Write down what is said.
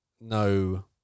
no